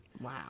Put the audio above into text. Wow